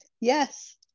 Yes